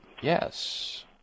Yes